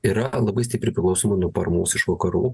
yra labai stipriai priklausoma nuo paramos iš vakarų